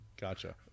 Gotcha